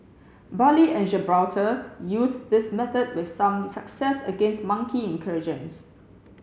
Bali and Gibraltar used this method with some success against monkey incursions